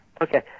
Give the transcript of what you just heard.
okay